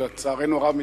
לצערנו הרב,